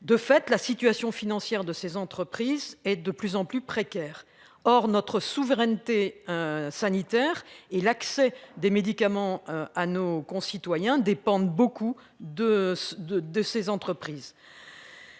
De fait, la situation financière de ces entreprises et de plus en plus précaire. Or notre souveraineté sanitaire et l'accès des médicaments à nos concitoyens dépendent beaucoup de de de ces entreprises.